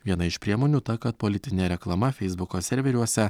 viena iš priemonių ta kad politinė reklama feisbuko serveriuose